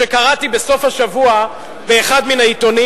שקראתי בסוף השבוע באחד מן העיתונים.